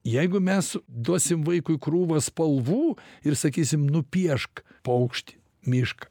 jeigu mes duosim vaikui krūvą spalvų ir sakysim nupiešk paukštį mišką